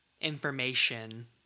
information